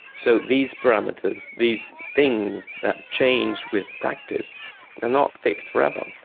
so these parameters, these things that change with practice, they are not fixed forever.